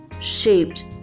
shaped